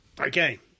Okay